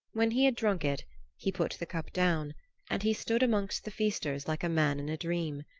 when he had drunk it he put the cup down and he stood amongst the feasters like a man in a dream.